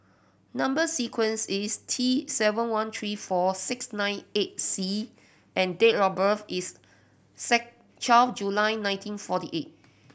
number sequence is T seven one three four six nine eight C and date of birth is twelve July nineteen forty eight